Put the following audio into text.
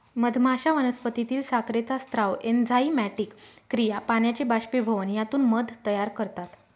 मधमाश्या वनस्पतीतील साखरेचा स्राव, एन्झाइमॅटिक क्रिया, पाण्याचे बाष्पीभवन यातून मध तयार करतात